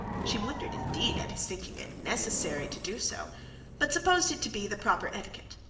she wondered, indeed, at his thinking it necessary to do so but supposed it to be the proper etiquette.